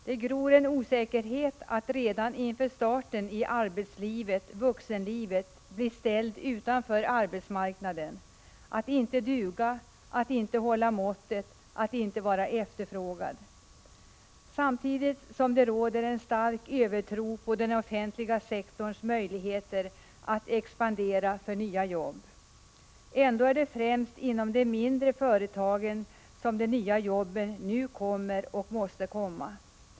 Det gror en osäkerhet att redan inför starten i arbetslivet-vuxenlivet bli ställd utanför arbetsmarknaden: att inte duga, att inte hålla måttet, att inte vara efterfrågad, samtidigt som det råder en stark övertro på den offentliga sektorns möjligheter att expandera för nya jobb. Ändå är det främst inom de mindre företagen som de nya jobben nu kommer och måste komma.